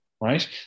Right